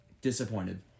Disappointed